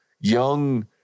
young